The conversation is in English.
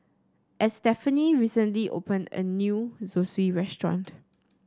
Estefany recently opened a new Zosui restaurant